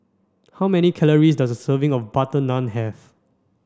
how many calories does a serving of butter naan have